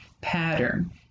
pattern